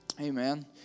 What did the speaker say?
Amen